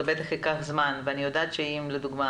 זה בטח ייקח זמן ואני יודעת שאם לדוגמה